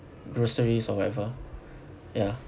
groceries or whatever ya